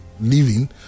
Living